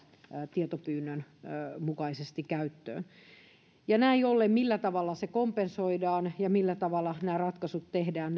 tietopyynnön mukaisesti käyttöön näin ollen näyttää siltä että siinä millä tavalla se kompensoidaan ja millä tavalla nämä ratkaisut tehdään